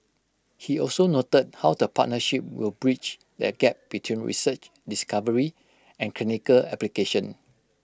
he also noted how the partnership will bridge the gap between research discovery and clinical application